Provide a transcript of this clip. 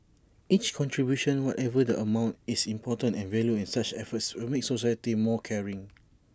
each contribution whatever the amount is important and valued and such efforts will make society more caring